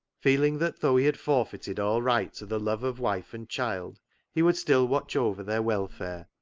feeling that though he had forfeited all right to the love of wife and child he would still watch over their welfare,